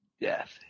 Death